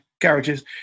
garages